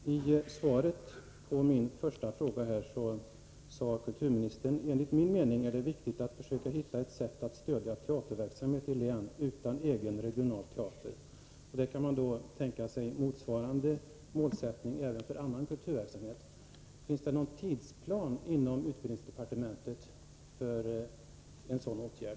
Herr talman! Jag vill bara ställa en sista fråga. I frågesvaret sade kulturministern: ”Enligt min mening är det viktigt att försöka hitta ett sätt att stödja teaterverksamhet i län utan egen regional teater.” Man kan då tänka sig motsvarande målsättning även för annan kulturverksamhet. Finns det någon tidsplan inom utbildningsdepartementet för en sådan åtgärd?